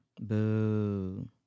Boo